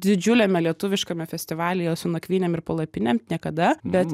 didžiuliame lietuviškame festivalyje su nakvynėm ir palapinėm niekada bet